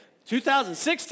2016